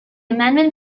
amendment